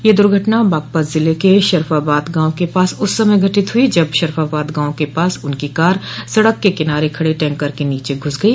यह दुर्घटना बागपत जिले के शरफाबाद गांव के पास उस समय घटित हुई जब शरफाबाद गांव के पास उनकी कार सड़क के किनारे खड़े टैंकर के नीचे घुस गई